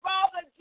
Father